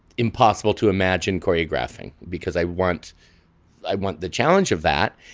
impossible to imagine choreographing because i want i want the challenge of that.